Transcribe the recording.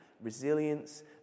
resilience